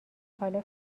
حالا